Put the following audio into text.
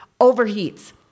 overheats